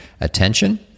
attention